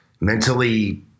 mentally